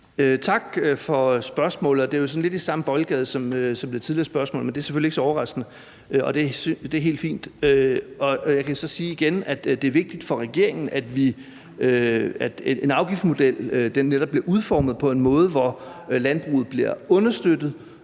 Tak for spørgsmålet. Det er jo sådan lidt i samme boldgade som det tidligere spørgsmål, men det er selvfølgelig ikke så overraskende, og det er helt fint. Jeg kan så sige igen, at det er vigtigt for regeringen, at en afgiftsmodel netop bliver udformet på en måde, så landbruget bliver understøttet